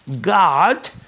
God